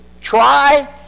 try